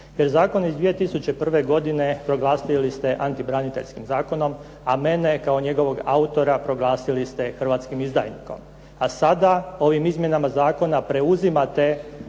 jer zakon iz 2001. godine proglasili ste antibraniteljskim zakonom a mene kao njegovog autora proglasili ste hrvatskim izdajnikom. A sada ovim izmjenama zakona preuzimate